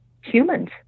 humans